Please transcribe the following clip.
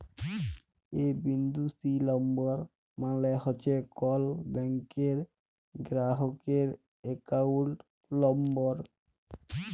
এ বিন্দু C number মালে হছে কল ব্যাংকের গেরাহকের একাউল্ট লম্বর